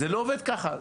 זה לא עובד ככה.